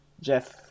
Jeff